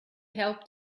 helped